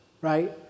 right